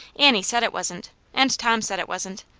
annie said it wasn't, and tom said it wasn't,